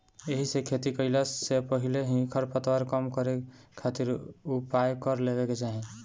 एहिसे खेती कईला से पहिले ही खरपतवार कम करे खातिर उपाय कर लेवे के चाही